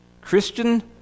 Christian